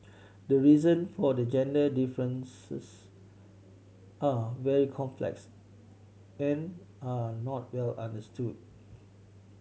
the reason for the gender differences are very complex and are not well understood